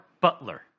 Butler